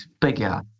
bigger